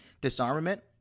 disarmament